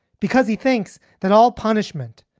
because he thinks that all punishment,